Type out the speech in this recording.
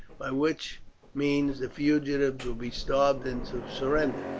by which means the fugitives will be starved into surrender.